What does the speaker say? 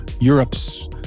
europe's